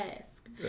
Ask